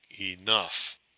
enough